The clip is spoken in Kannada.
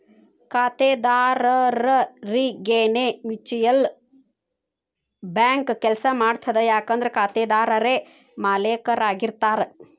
ಖಾತೆದಾರರರಿಗೆನೇ ಮ್ಯೂಚುಯಲ್ ಬ್ಯಾಂಕ್ ಕೆಲ್ಸ ಮಾಡ್ತದ ಯಾಕಂದ್ರ ಖಾತೆದಾರರೇ ಮಾಲೇಕರಾಗಿರ್ತಾರ